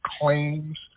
claims